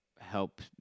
help